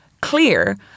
clear